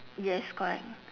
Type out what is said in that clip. yes correct